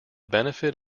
benefit